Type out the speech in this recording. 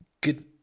good